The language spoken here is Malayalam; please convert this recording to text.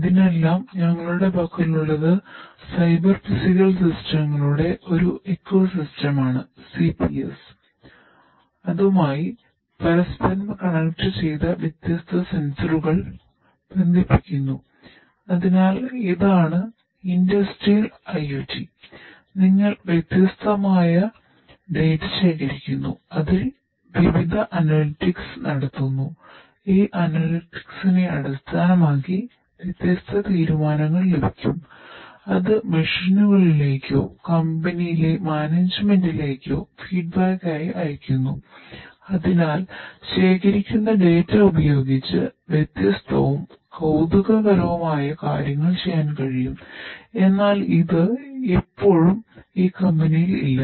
ഇതിനെല്ലാം ഞങ്ങളുടെ പക്കലുള്ളത് സൈബർ ഫിസിക്കൽ സിസ്റ്റങ്ങളുടെ ഉപയോഗിച്ച് വ്യത്യസ്തവും കൌതുകകരവും ആയ കാര്യങ്ങൾ ചെയ്യാൻ കഴിയും എന്നാൽ ഇത് ഇപ്പോഴും ഈ കമ്പനിയിൽ ഇല്ല